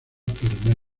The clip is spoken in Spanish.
pero